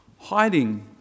hiding